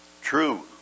True